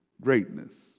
greatness